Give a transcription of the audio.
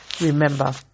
Remember